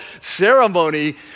ceremony